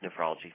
Nephrology